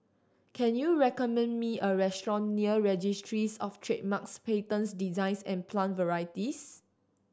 can you recommend me a restaurant near Registries Of Trademarks Patents Designs and Plant Varieties